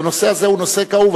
והנושא הזה הוא נושא כאוב.